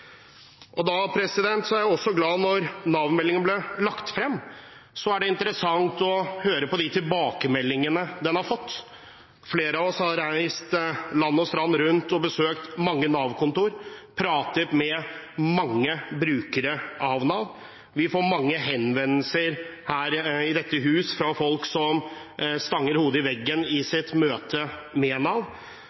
ble lagt frem, var det interessant å høre tilbakemeldingene den fikk. Flere av oss har reist land og strand rundt og besøkt mange Nav-kontorer og pratet med mange brukere av Nav. Vi får mange henvendelser i dette hus fra folk som stanger hodet i veggen i sitt møte med Nav.